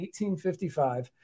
1855